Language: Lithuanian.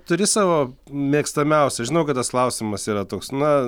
turi savo mėgstamiausią žinau kad tas klausimas yra toks na